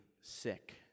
sick